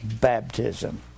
baptism